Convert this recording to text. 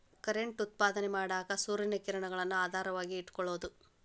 current ಉತ್ಪಾದನೆ ಮಾಡಾಕ ಸೂರ್ಯನ ಕಿರಣಗಳನ್ನ ಆಧಾರವಾಗಿ ಇಟಕೊಳುದು